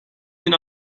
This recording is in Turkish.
bin